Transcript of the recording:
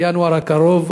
בינואר הקרוב,